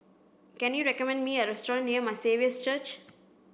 can you recommend me a restaurant near My Saviour's Church